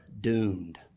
doomed